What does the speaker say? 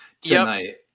tonight